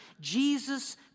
Jesus